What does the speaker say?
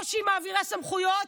או שהיא מעבירה סמכויות,